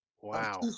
Wow